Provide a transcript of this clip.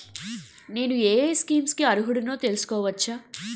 నేను యే యే స్కీమ్స్ కి అర్హుడినో తెలుసుకోవచ్చా?